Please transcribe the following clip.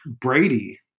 Brady